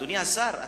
אדוני השר,